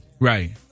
Right